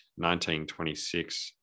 1926